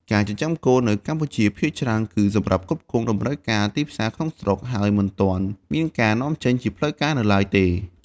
ការចិញ្ចឹមគោនៅកម្ពុជា ភាគច្រើនគឺសម្រាប់ផ្គត់ផ្គង់តម្រូវការទីផ្សារក្នុងស្រុក ហើយមិនទាន់មានការនាំចេញជាផ្លូវការនៅឡើយទេ។